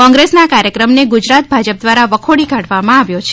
કોંગ્રેસના કાર્યક્રમને ગુજરાત ભાજપ દ્વારા વખોડી કાઢવામાં આવ્યો છે